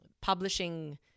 publishing